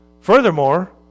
Furthermore